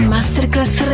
Masterclass